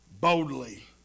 boldly